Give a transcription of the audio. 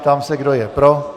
Ptám se, kdo je pro.